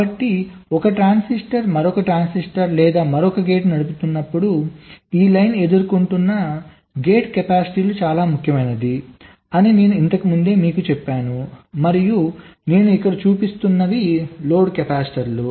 కాబట్టి ఒక ట్రాన్సిస్టర్లు మరొక ట్రాన్సిస్టర్ లేదా మరొక గేటును నడుపుతున్నప్పుడు ఈ లైన్ ఎదుర్కొంటున్న గేట్ కెపాసిటెన్స్ చాలా ముఖ్యమైనది అని నేను ఇంతకు ముందే చెప్పాను మరియు నేను ఇక్కడ చూపిస్తున్న లోడ్ కెపాసిటర్లు